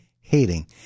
hating